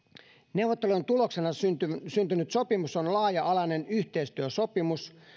neuvottelujen tuloksena syntynyt syntynyt sopimus on laaja alainen yhteistyösopimus